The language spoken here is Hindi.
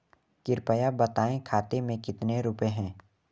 कृपया बताएं खाते में कितने रुपए हैं?